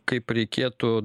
kaip reikėtų